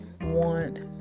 want